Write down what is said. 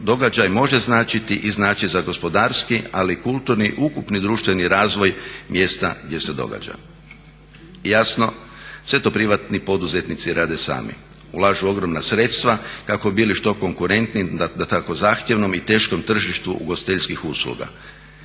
događaj može značiti i znači za gospodarski ali i kulturni ukupni društveni razvoj mjesta gdje se događa. Jasno sve to privatni poduzetnici rade sami, ulažu ogromna sredstva kako bi bili što konkurentniji na tako zahtjevnom i teškom tržištu ugostiteljskih usluga,